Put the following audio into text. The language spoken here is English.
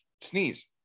sneeze